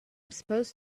supposed